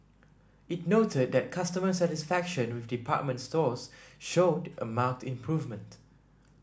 it noted that customer satisfaction with department stores showed a marked improvement